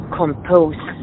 compose